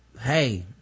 hey